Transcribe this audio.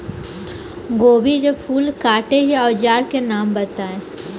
गोभी के फूल काटे के औज़ार के नाम बताई?